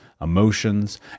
emotions